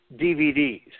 DVDs